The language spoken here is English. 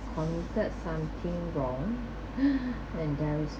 committed something wrong and there was